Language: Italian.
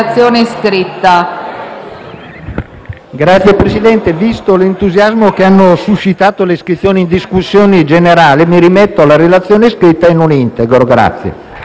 Signor Presidente, visto l'entusiasmo che hanno suscitato le iscrizioni in discussione generale, mi rimetto alla relazione scritta e non integro.